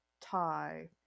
tie